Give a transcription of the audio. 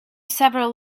several